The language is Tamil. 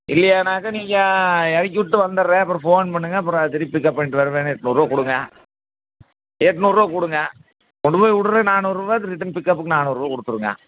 இல்லையான்னாக்க நீங்கள் இறக்கி விட்டு வந்துடறேன் அப்புறம் ஃபோன் பண்ணுங்க அப்புறம் திருப்பி பிக்கப் பண்ணிகிட்டு வருவேன்னே எட்நூறுபா குடுங்க எட்நூறுவா கொடுங்க கொண்டு போய் விட்றக்கு நானூறுபா இது ரிட்டர்ன் பிக்கப்புக்கு நானூறுபா கொடுத்துருங்க